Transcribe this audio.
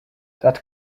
that